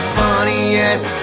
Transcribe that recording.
funniest